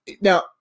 now